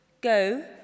Go